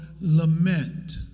lament